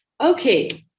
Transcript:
Okay